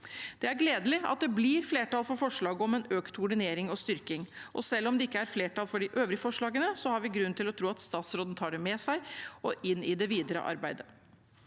Det er gledelig at det blir flertall for forslaget om økt koordinering og styrking, og selv om det ikke er flertall for de øvrige forslagene, har vi grunn til å tro at statsråden tar det med seg inn i det videre arbeidet.